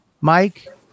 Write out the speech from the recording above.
Mike